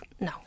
No